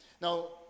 now